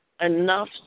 enough